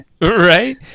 Right